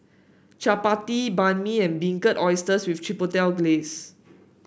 Chapati Banh Mi and Barbecued Oysters with Chipotle Glaze